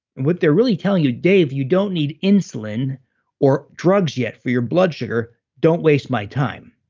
what they're really telling you, dave you don't need insulin or drugs yet for your blood sugar, don't waste my time.